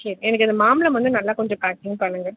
சரி எனக்கு இந்த மாம்பழம் வந்து நல்லா கொஞ்சம் பேக்கிங் பண்ணுங்க